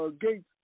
Gates